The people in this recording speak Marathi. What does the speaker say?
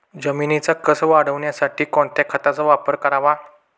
जमिनीचा कसं वाढवण्यासाठी कोणत्या खताचा वापर करावा?